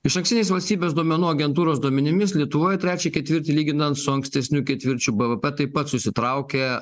išankstiniais valstybės duomenų agentūros duomenimis lietuvoj trečią ketvirtį lyginant su ankstesniu ketvirčiu bvp taip pat susitraukė